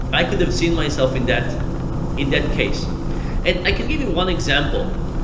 but i could have seen myself in that in that case and i can give you one example.